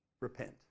repent